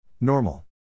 Normal